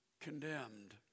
condemned